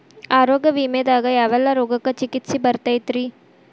ಆರೋಗ್ಯ ವಿಮೆದಾಗ ಯಾವೆಲ್ಲ ರೋಗಕ್ಕ ಚಿಕಿತ್ಸಿ ಬರ್ತೈತ್ರಿ?